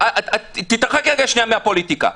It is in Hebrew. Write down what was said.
יעקב, תתרחק שנייה מהפוליטיקה.